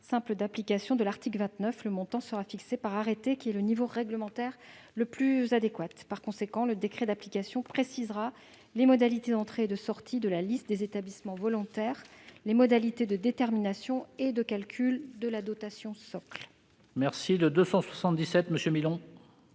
simple d'application de l'article 29. Ce montant sera fixé par arrêté, qui est le niveau réglementaire le plus adéquat. Par conséquent, le décret d'application précisera les modalités d'entrée et de sortie de la liste des établissements volontaires, ainsi que les modalités de détermination et de calcul de la dotation socle. L'amendement n°